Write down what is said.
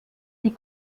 die